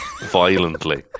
violently